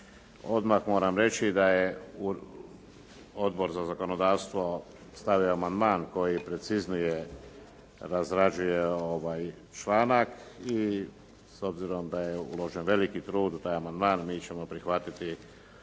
Odmah moram reći da je Odbor za zakonodavstvo stavio amandman koji preciznije razrađuje ovaj članak i s obzirom da je uložen veliki trud u taj amandman, mi ćemo prihvatiti